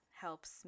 helps